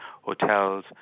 hotels